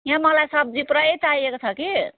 यहाँ मलाई सब्जी पुरै चाहिएको छ कि